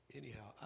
anyhow